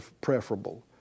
preferable